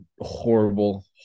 horrible